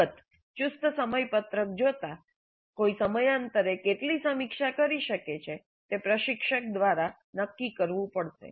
અલબત્ત ચુસ્ત સમયપત્રક જોતાં કોઈ સમયાંતરે કેટલી સમીક્ષા કરી શકે છે તે પ્રશિક્ષક દ્વારા નક્કી કરવું પડશે